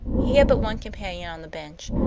he had but one companion on the bench,